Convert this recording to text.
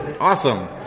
Awesome